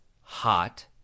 hot